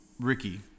Ricky